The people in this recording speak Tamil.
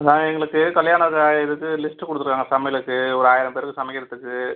அதான் எங்களுக்கு கல்யாண இதாயிருக்கு லிஸ்ட் கொடுத்துருக்காங்க சமையலுக்கு ஒரு ஆயிரம் பேருக்கு சமைக்கிறதுக்கு